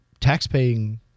taxpaying